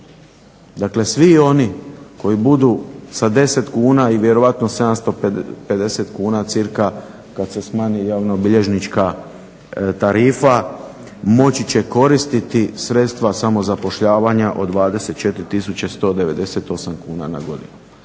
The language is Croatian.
Dakle, svi oni koji budu sa 10 kuna i vjerojatno 750 kuna cca kad se smanji javnobilježnička tarifa moći će koristiti sredstva samozapošljavanja od 24 tisuće 198 kuna na godinu.